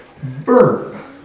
verb